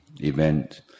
event